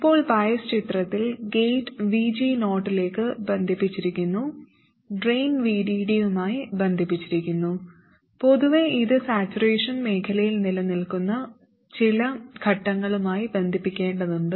ഇപ്പോൾ ബയസ് ചിത്രത്തിൽ gate VG0 ലേക്ക് ബന്ധിപ്പിച്ചിരിക്കുന്നു ഡ്രെയിൻ VDD യുമായി ബന്ധിപ്പിച്ചിരിക്കുന്നു പൊതുവേ ഇത് സാച്ചുറേഷൻ മേഖലയിൽ നിലനിൽക്കുന്ന ചില ഘട്ടങ്ങളുമായി ബന്ധിപ്പിക്കേണ്ടതുണ്ട്